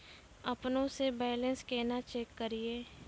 अपनों से बैलेंस केना चेक करियै?